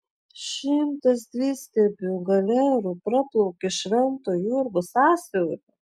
šimtas dvistiebių galerų praplaukė švento jurgio sąsiauriu